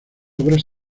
obras